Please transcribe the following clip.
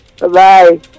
Bye-bye